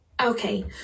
Okay